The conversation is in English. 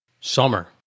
Summer